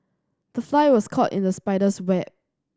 the fly was caught in the spider's web